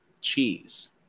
cheese